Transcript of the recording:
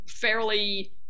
fairly